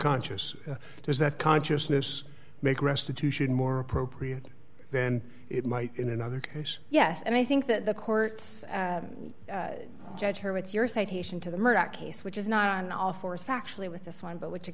conscious does that consciousness make restitution more appropriate then it might in another case yes and i think that the court judge here with your citation to the murdoch case which is not on all fours actually with this one but which